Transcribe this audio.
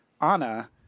Anna